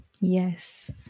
Yes